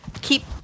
keep